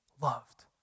loved